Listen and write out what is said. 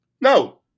No